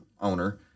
owner